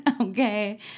okay